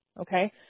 okay